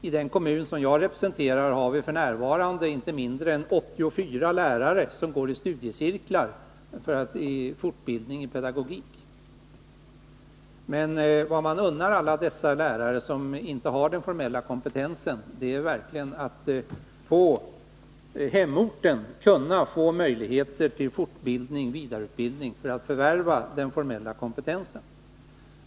I den kommun som jag representerar har vi f. n. inte mindre än 84 lärare som går i studiecirklar för fortbildning i pedagogik. Men vad man unnar de lärare som inte har den formella kompetensen är att på hemorten verkligen få möjlighet till fortbildning/vidareutbildning för att förvärva den formella kompetensen.